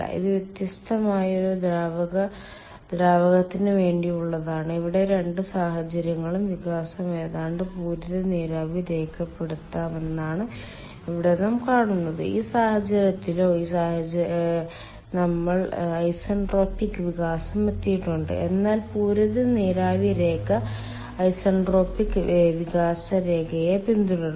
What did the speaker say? ഇത് വ്യത്യസ്തമായ ഒരു ദ്രാവകത്തിനുവേണ്ടിയുള്ളതാണ് ഇവിടെ രണ്ട് സാഹചര്യങ്ങളിലും വികാസം ഏതാണ്ട് പൂരിത നീരാവി രേഖയ്ക്കൊപ്പമാണെന്നാണ് ഇവിടെ നാം കാണുന്നത് ഈ സാഹചര്യത്തിലോ ഈ സാഹചര്യത്തിലോ നമ്മൾ ഐസെൻട്രോപിക് വികാസം എടുത്തിട്ടുണ്ട് എന്നാൽ പൂരിത നീരാവി രേഖ ഐസെൻട്രോപിക് വികാസരേഖയെ പിന്തുടരുന്നു